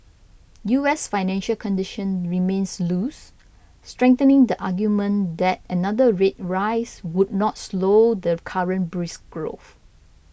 U S financial condition remains loose strengthening the argument that another rate rise would not slow the current brisk growth